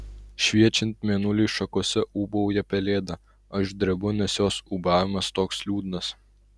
šviečiant mėnuliui šakose ūbauja pelėda aš drebu nes jos ūbavimas toks liūdnas